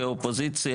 כאופוזיציה,